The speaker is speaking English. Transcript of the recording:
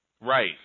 Right